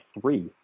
three